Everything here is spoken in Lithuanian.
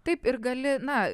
taip ir gali na